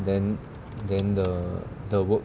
then then the the work